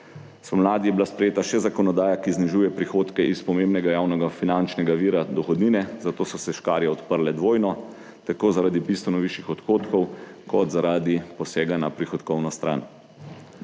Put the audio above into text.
Spomladi je bila sprejeta še zakonodaja, ki znižuje prihodke iz pomembnega javnega finančnega vira dohodnine, zato so se škarje odprle dvojno, tako zaradi bistveno višjih odhodkov kot zaradi posega na prihodkovno stran.